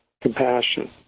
compassion